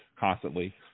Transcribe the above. Constantly